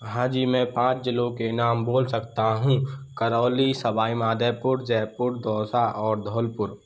हाँ जी मैं पाँच ज़िलों के नाम बोल सकता हूँ करौली सवाई माधोपुर जयपुर दौसा और धौलपुर